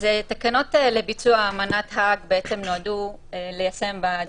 תקנות לביצוע אמנת האג נועדו ליישם את